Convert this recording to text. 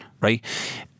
right